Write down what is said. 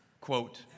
Quote